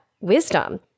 wisdom